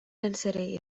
density